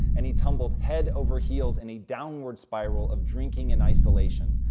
and he tumbled head over heels in a downward spiral of drinking and isolation.